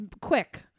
quick